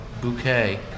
bouquet